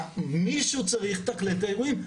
מישהו צריך לתכלל את האירועים.